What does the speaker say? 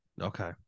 Okay